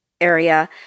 area